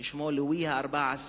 ששמו לואי ה-14.